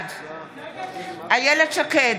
בעד איילת שקד,